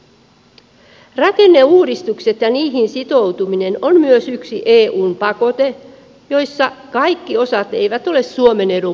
myös rakenneuudistukset ja niihin sitoutuminen ovat yksi eun pakote jossa kaikki osat eivät ole suomen edun mukaisia